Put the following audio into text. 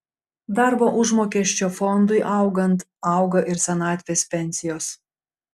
darbo užmokesčio fondui augant auga ir senatvės pensijos